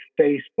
Facebook